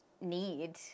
need